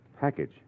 Package